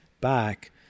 back